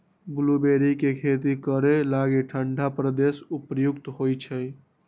blueberry के खेती करे लागी ठण्डा प्रदेश उपयुक्त होइ छै